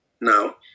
now